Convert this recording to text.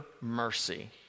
mercy